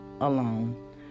alone